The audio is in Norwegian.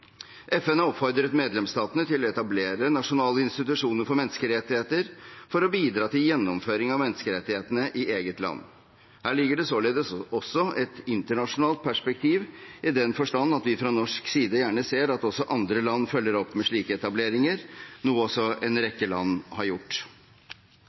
FN har oppfordret medlemsstatene til å etablere nasjonale institusjoner for menneskerettigheter for å bidra til gjennomføring av menneskerettighetene i eget land. Her ligger det således også et internasjonalt perspektiv, i den forstand at vi fra norsk side gjerne ser at også andre land følger opp med slike etableringer, noe også en rekke land har gjort.